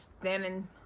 standing